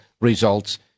results